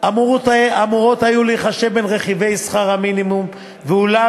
אמורות היו להיחשב בין רכיבי שכר המינימום אולם